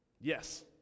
Yes